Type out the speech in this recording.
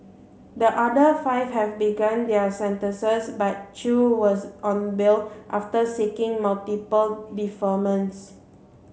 the other five have begun their sentences but Chew was on bail after seeking multiple deferments